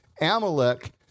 Amalek